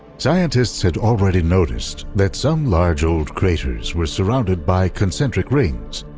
scientists had already noticed that some large old craters were surrounded by concentric rings.